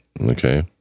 Okay